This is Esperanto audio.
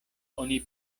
oni